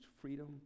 freedom